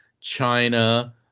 china